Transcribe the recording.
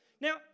Now